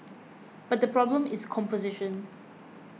but the problem is composition